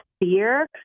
fear